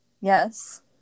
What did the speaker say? Yes